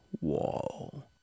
wall